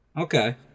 Okay